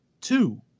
two